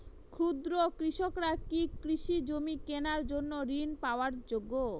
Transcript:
ক্ষুদ্র কৃষকরা কি কৃষি জমি কেনার জন্য ঋণ পাওয়ার যোগ্য?